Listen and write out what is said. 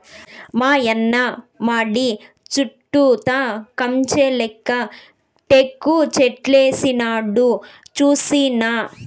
మాయన్న మడి చుట్టూతా కంచెలెక్క టేకుచెట్లేసినాడు సూస్తినా